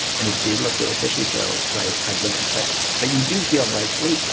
and it did look really fishy so so i i get it. but but you do feel like wait,